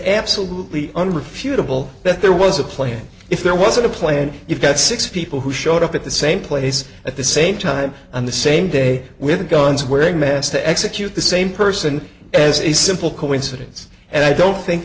absolutely unrefutable that there was a plan if there wasn't a plan you've got six people who showed up at the same place at the same time on the same day with a gun swearing mess to execute the same person as a simple coincidence and i don't think